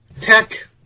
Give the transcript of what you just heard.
Tech